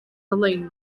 lein